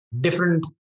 Different